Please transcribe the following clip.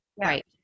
Right